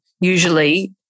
usually